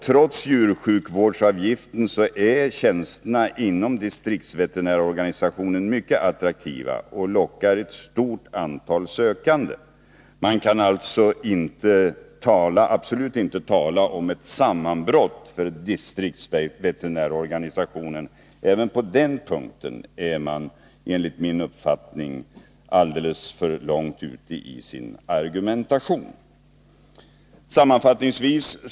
Trots djursjukvårdsavgiften är tjänsterna inom distriktsveterinärorganisationen mycket attraktiva och lockar ett stort antal sökande. Man kan absolut inte tala om ett sammanbrott för distriktsveterinärorganisationen. Även på den punkten har man enligt min mening gått alldeles för långt i sin argumentation.